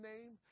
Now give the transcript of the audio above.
name